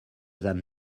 than